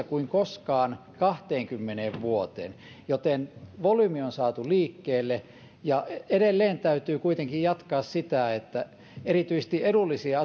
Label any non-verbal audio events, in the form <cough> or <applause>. <unintelligible> kuin koskaan kahteenkymmeneen vuoteen joten volyymi on saatu liikkeelle edelleen täytyy kuitenkin jatkaa sitä että erityisesti edullisia <unintelligible>